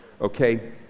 okay